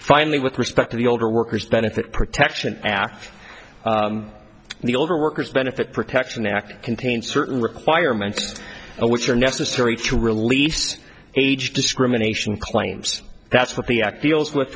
finally with respect to the older workers benefit protection act the older workers benefit protection act contains certain requirements which are necessary to relief's age discrimination claims that's what the act deals with